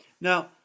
Now